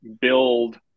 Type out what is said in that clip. build